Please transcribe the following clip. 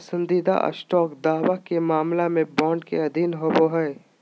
पसंदीदा स्टॉक दावा के मामला में बॉन्ड के अधीन होबो हइ